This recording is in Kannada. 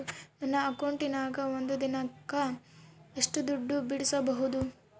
ನನ್ನ ಅಕೌಂಟಿನ್ಯಾಗ ಒಂದು ದಿನಕ್ಕ ಎಷ್ಟು ದುಡ್ಡು ಬಿಡಿಸಬಹುದು?